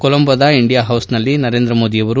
ಕೊಲೊಂಬೋದ India ಪೌಸ್ನಲ್ಲಿ ನರೇಂದ್ರ ಮೋದಿ ಅವರು